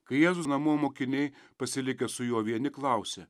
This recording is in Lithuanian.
kai jėzus namų mokiniai pasilikę su juo vieni klausė